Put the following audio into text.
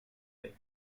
bait